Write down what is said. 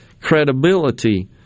credibility